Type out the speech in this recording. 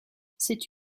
c’est